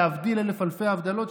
להבדיל אלף אלפי הבדלות,